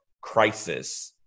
crisis